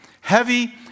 Heavy